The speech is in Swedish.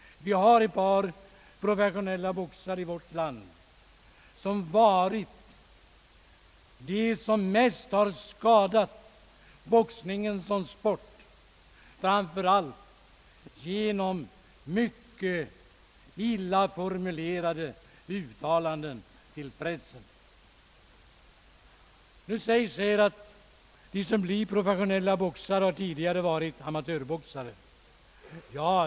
Vi har i vårt land ett par professionella boxare som varit de som mest har skadat boxningen som sport, framför allt genom mycket illa formulerade uttalanden i pressen. Det sägs här att de som blir professionella boxare tidigare varit amatörboxare.